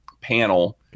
panel